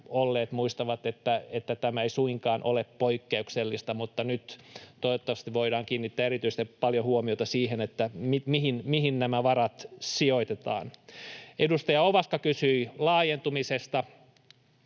olleet muistavat, että tämä ei suinkaan ole poikkeuksellista. Mutta nyt toivottavasti voidaan kiinnittää erityisesti paljon huomiota siihen, mihin nämä varat sijoitetaan. Edustaja Ovaska kysyi laajentumisesta.